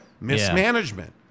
mismanagement